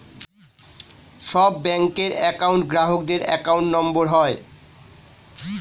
সব ব্যাঙ্কের একউন্ট গ্রাহকদের অ্যাকাউন্ট নম্বর হয়